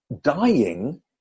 dying